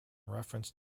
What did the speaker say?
reference